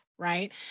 right